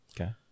Okay